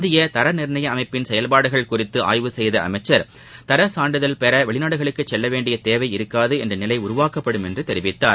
இந்திய தர நிர்ணய அமைப்பின் செயல்பாடுகள் குறித்து ஆய்வு செய்த அமைச்சர் தர சான்றிதழ் பெற வெளிநாடுகள் செல்ல வேண்டிய தேவை இருக்கூது என்ற நிலை உருவாக்கப்படும் என்று தெரிவித்தார்